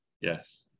Yes